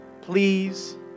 please